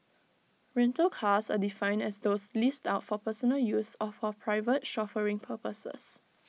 rental cars are defined as those leased out for personal use or for private chauffeuring purposes